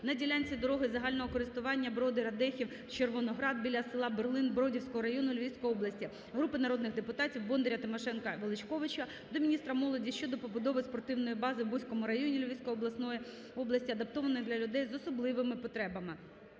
на ділянці дороги загального користування Броди–Радехів–Червоноград біля села Берлин Бродівського району Львівської області. Групи народних депутатів (Бондаря, Тимошенка, Величковича) до міністра молоді щодо побудови спортивної бази в Буському районі Львівської області адаптованої для людей з особливими потребами.